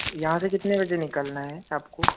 यहाँ से कितने बजे निकलना है आपको